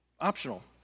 optional